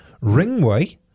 Ringway